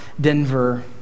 Denver